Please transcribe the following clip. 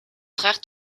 frère